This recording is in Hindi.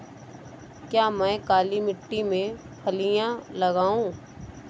क्या मैं काली मिट्टी में फलियां लगाऊँ?